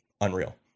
Unreal